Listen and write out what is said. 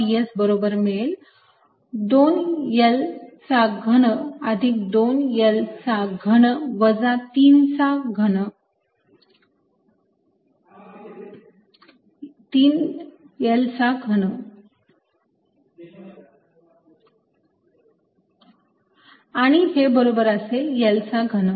ds बरोबर मिळेल 2 Lचा घन अधिक 2 L चा घन वजा 3 L चा घन आणि हे बरोबर असेल L चा घन